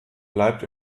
bleibt